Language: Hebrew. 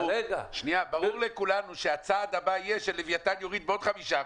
--- ברור לכולנו שהצעד הבא יהיה שלווייתן יוריד בעוד 5%,